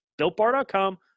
BuiltBar.com